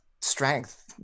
strength